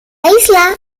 isla